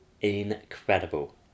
Incredible